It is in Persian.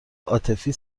عاطفی